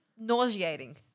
nauseating